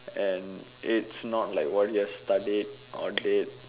and it's not like what you've studied or did